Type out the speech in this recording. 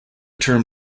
term